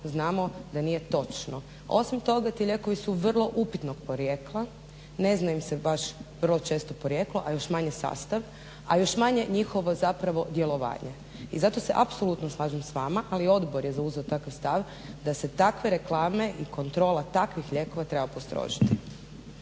znamo da nije točno. Osim toga, ti lijekovi su vrlo upitnog porijekla. Ne zna im se baš vrlo često porijeklo, a još manje sastav, a još manje njihovo zapravo djelovanje. I zato se apsolutno slažem sa vama, ali odbor je zauzeo takav stav da se takve reklame i kontrola takvih lijekova treba postrožiti.